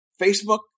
Facebook